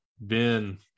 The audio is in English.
Ben